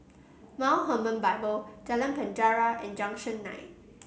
Mount Hermon Bible Jalan Penjara and Junction Nine